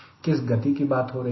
किस गति की बात हो रही है